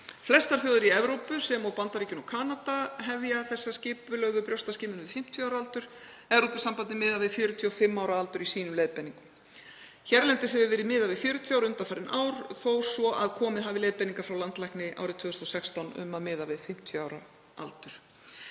Flestar þjóðir í Evrópu, sem og Bandaríkin og Kanada, hefja skipulagða brjóstaskimun við 50 ára aldur. Evrópusambandið miðar við 45 ára aldur í sínum leiðbeiningum. Hérlendis hefur verið miðað við 40 ár undanfarin ár þó svo að komið hafi leiðbeiningar frá landlækni árið 2016 um að miða við 50 ára aldur.